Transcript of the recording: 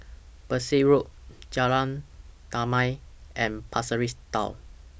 Berkshire Road Jalan Damai and Pasir Ris Town